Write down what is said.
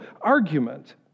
argument